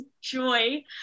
joy